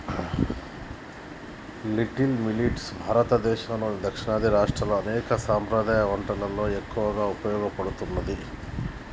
little millet భారతదేసంలోని దక్షిణాది రాష్ట్రాల్లో అనేక సాంప్రదాయ పంటలలో ఎక్కువగా ఉపయోగించబడుతుంది